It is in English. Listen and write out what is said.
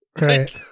Right